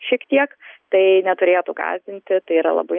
šiek tiek tai neturėtų gąsdinti tai yra labai